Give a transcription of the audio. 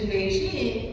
Beijing